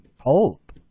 hope